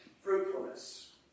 fruitfulness